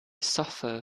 suffer